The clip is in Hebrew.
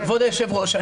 כבוד היושב-ראש,